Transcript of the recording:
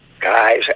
guys